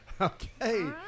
Okay